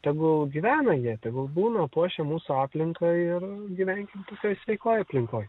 tegul gyvena jie tegul būna puošia mūsų aplinką ir gyvenkim tokioj sveikoj aplinkoj